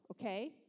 Okay